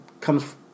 comes